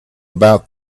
about